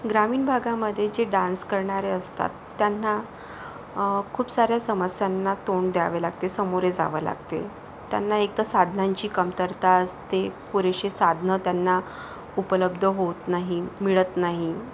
ग्रामीण भागामध्ये जे डान्स करणारे असतात त्यांना खूप साऱ्या समस्यांना तोंड द्यावे लागते सामोरे जावे लागते त्यांना एक तर साधनांची कमतरता असते पुरेशी साधनं त्यांना उपलब्ध होत नाही मिळत नाही